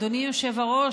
אדוני יושב-ראש,